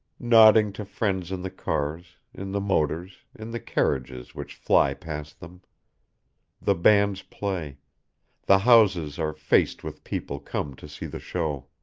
nodding to friends in the cars, in the motors, in the carriages which fly past them the bands play the houses are faced with people come to see the show.